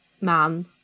man